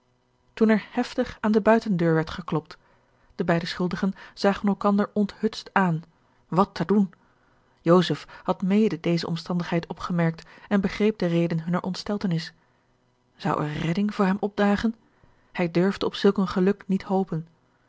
toen er heftig aan de buitendeur werd geklopt de beide schuldigen zagen elkander onthutst aan wat te doen joseph had mede deze omstandigheid opgemerkt en begreep de reden hunner ontsteltenis zou er redding voor hem opdagen hij durfde op zulk een geluk niet hopen